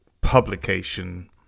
publication